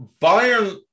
Bayern